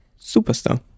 superstar